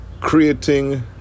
creating